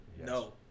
No